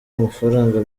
amafaranga